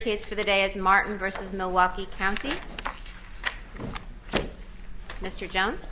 his for the day is martin versus milwaukee county mr jones